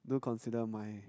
do consider my